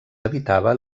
habitava